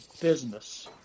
business